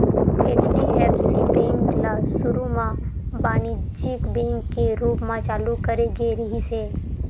HDFC bank ल सुरू म बानिज्यिक बेंक के रूप म चालू करे गे रिहिस हे